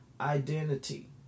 identity